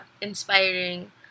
inspiring